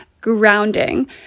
Grounding